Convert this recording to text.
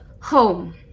home